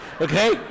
okay